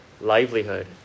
livelihood